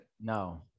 No